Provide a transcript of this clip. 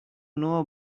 know